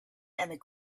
and